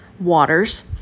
waters